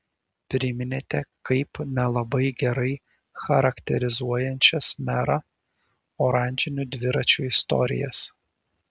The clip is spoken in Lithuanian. priminėte kaip nelabai gerai charakterizuojančias merą oranžinių dviračių istorijas